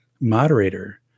moderator